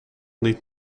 niet